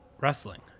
wrestling